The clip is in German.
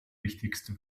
wichtigste